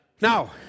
Now